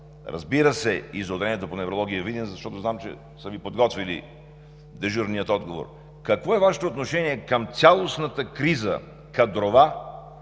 разбира се, и за отделението по неврология във Видин, защото знам, че са Ви подготвили дежурния отговор, какво е Вашето отношение към цялостната криза – кадрова